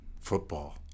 Football